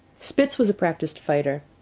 spitz was a practised fighter.